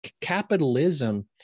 capitalism